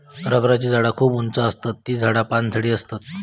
रबराची झाडा खूप उंच आसतत ती झाडा पानझडी आसतत